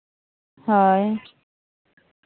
ᱦᱳᱭ